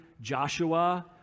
Joshua